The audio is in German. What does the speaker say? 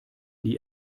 die